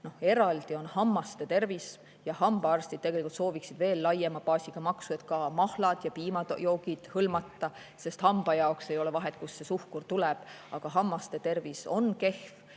on hammaste tervis. Hambaarstid tegelikult sooviksid veel laiema baasiga maksu, et ka mahlad ja piimajoogid hõlmata, sest hamba jaoks ei ole vahet, kust see suhkur tuleb. Aga hammaste tervis on kehv,